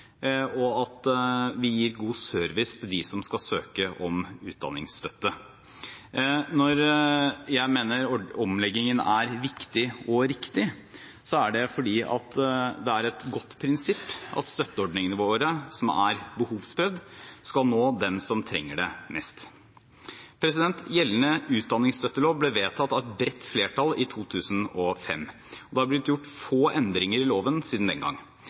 og at vi gir god service til dem som skal søke om utdanningsstøtte. Når jeg mener omleggingen er viktig og riktig, er det fordi det er et godt prinsipp at støtteordningene våre som er behovsprøvd, skal nå dem som trenger det mest. Gjeldende utdanningsstøttelov ble vedtatt av et bredt flertall i 2005, og det har blitt gjort få endringer i loven siden den gang.